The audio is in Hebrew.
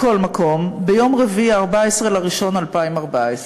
מכל מקום, ביום רביעי, 14 בינואר 2014,